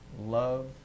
Love